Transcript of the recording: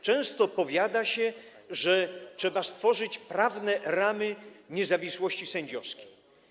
Często powiada się, że trzeba stworzyć prawne ramy niezawisłości sędziowskiej.